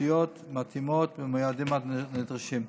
תשתיות מתאימות במועדים הנדרשים.